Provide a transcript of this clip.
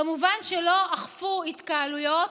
כמובן שלא אכפו התקהלויות.